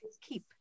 keep